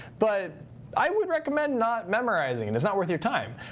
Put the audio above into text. but i would recommend not memorizing it. it's not worth your time.